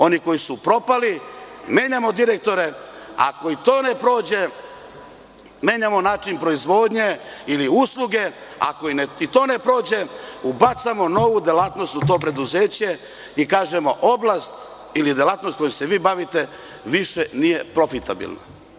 Oni koji su propali, menjamo direktore, ako i to ne prođe, menjamo način proizvodnje ili usluge, ako i to ne prođe, ubacamo novu delatnost u to preduzeće i kažemo oblast ili delatnost koju se vi bavite više nije profitabilna.